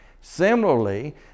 similarly